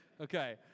okay